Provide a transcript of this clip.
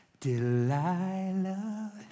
Delilah